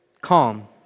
calm